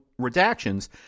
redactions